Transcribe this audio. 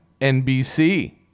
NBC